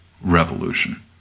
revolution